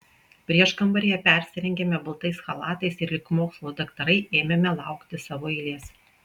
prieškambaryje persirengėme baltais chalatais ir lyg mokslo daktarai ėmėme laukti savo eilės